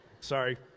Sorry